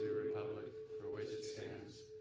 republic for which it stands,